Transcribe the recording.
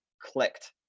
clicked